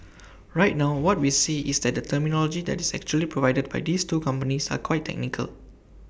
right now what we see is that the terminology that is actually provided by these two companies are quite technical